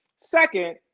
Second